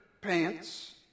pants